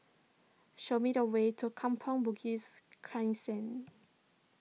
show me the way to Kampong Bugis Crescent